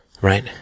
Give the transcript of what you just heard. Right